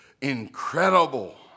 incredible